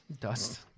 Dust